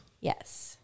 Yes